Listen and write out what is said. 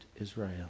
Israel